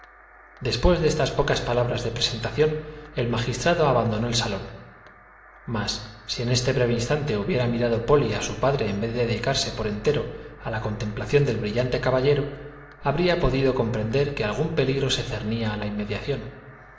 después de estas pocas palabras de presentación el magistrado abandonó el salón mas si en este breve instante hubiera mirado polly a su padre en vez de dedicarse por entero a la contemplación del brillante caballero habría podido comprender que algún peligro se cernía a la inmediación